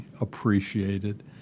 appreciated